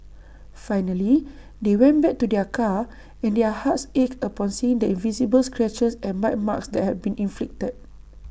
finally they went back to their car and their hearts ached upon seeing the visible scratches and bite marks that had been inflicted